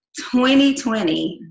2020